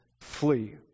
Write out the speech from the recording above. Flee